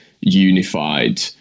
unified